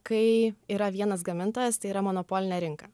kai yra vienas gamintojas tai yra monopolinė rinka